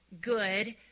good